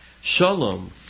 Shalom